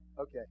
Okay